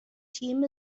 team